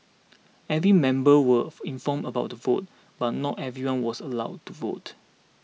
every member was informed about the vote but not everyone was allowed to vote